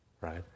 right